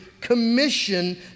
commission